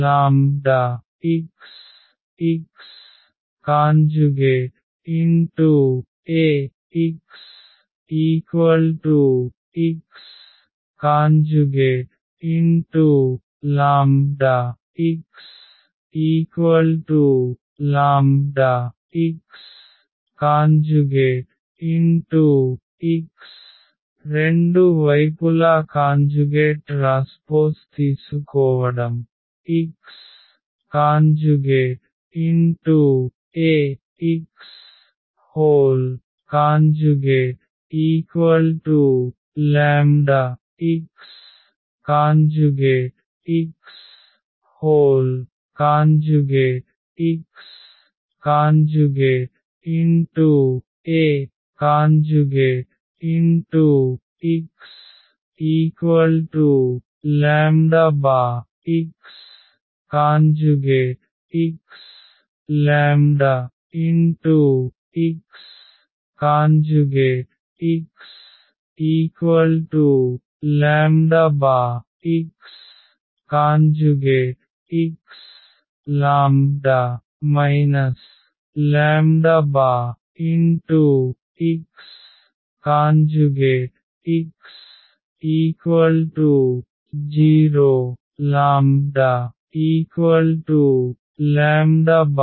Ax λx xAx xλx λxx రెండు వైపులా conjugate transpose తీసుకోవడం xAxxx xAxxx ⟹xxxx λ xx0 ⇒λ since xx≠0